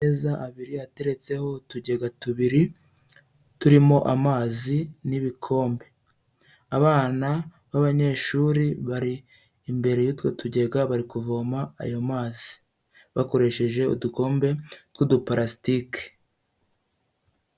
Amezi abiri ateretseho utugega tubiri turimo amazi n'ibikombe, abana b'abanyeshuri bari imbere y'utwo tugega, bari kuvoma ayo mazi bakoresheje udukombe tw'uduparasitike.